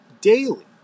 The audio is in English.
Daily